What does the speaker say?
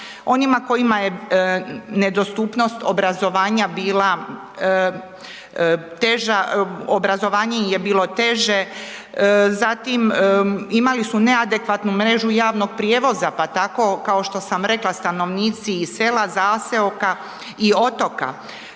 onima kojima je nedostupnost obrazovanja bila teža, obrazovanje im je bilo teže zatim imali su neadekvatnu mrežu javnog prijevoza pa tako kao što sam rekla, stanovnici iz sela, zaseoka i otoka.